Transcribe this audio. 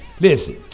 listen